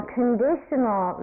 conditional